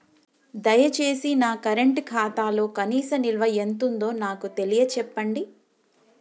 దయచేసి నా కరెంట్ ఖాతాలో కనీస నిల్వ ఎంతుందో నాకు తెలియచెప్పండి